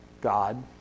God